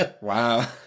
Wow